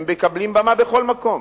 הם מקבלים במה בכל מקום,